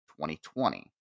2020